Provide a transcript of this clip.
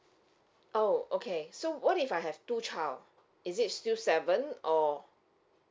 oh okay so what if I have two child is it still seven or